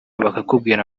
bakakubwira